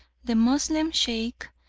the moslem sheikh,